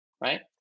right